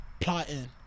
plotting